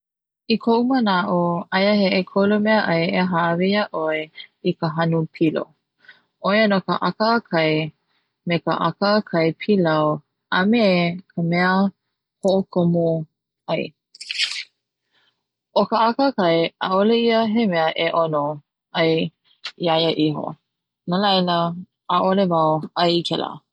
I koʻu manaʻo aia he ʻekolu meaʻai e haʻawi iaʻoe i ka hanu pilo ʻoia no ka akaakai me ka akaakai pilau a me ka mea hoʻokomo ʻai o ka akaakai ʻaʻole ia he mea e ʻono ai iaia iho, no laila ʻaʻole wau ai i kela.